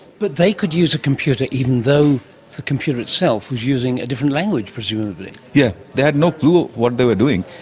but they could use a computer, even though the computer itself was using a different language presumably. yes, yeah they had no clue of what they were doing,